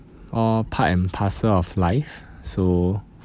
all part and parcel of life so